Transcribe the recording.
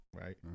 right